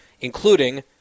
including